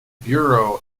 bureau